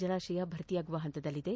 ಜಲಾಶಯ ಭರ್ತಿಯಾಗುವ ಪಂತದಲ್ಲಿದೆ